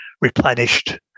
replenished